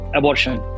abortion